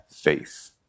Faith